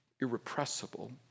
irrepressible